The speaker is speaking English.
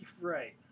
Right